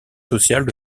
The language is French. sociales